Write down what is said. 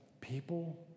People